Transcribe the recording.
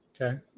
Okay